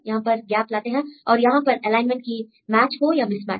यहां पर गैप लाते हैं और यहां पर एलाइनमेंट की मैच हो या मिसमैच